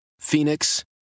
Phoenix